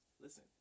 Listen